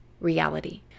reality